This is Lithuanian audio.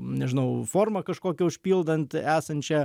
nežinau formą kažkokią užpildant esančią